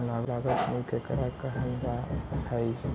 लागत मूल्य केकरा कहल जा हइ?